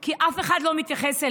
כי אף אחד לא מתייחס אליה.